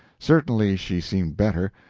certainly she seemed better.